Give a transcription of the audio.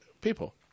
people